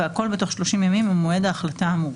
והכל בתוך 30 ימים ממועד ההחלטה האמורה,